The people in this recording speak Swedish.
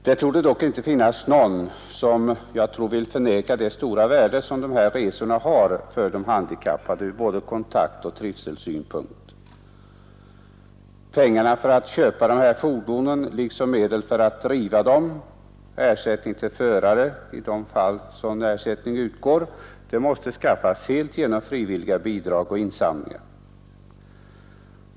Det torde dock inte finnas någon som vill förneka det stora värde som dessa resor har för de handikappade ur både kontaktoch trivselsynpunkt. Pengar för att köpa dessa fordon liksom medel för att driva dem och ersättning till förare i de fall denna skall ha betalt — många kör utan ersättning — måste skaffas helt genom frivilliga bidrag och insamlingar.